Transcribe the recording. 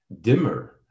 dimmer